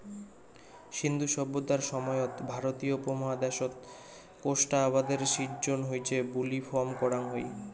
সিন্ধু সভ্যতার সময়ত ভারতীয় উপমহাদ্যাশত কোষ্টা আবাদের সিজ্জন হইচে বুলি ফম করাং হই